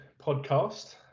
Podcast